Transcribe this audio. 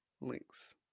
links